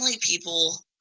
people